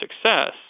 success